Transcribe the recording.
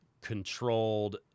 controlled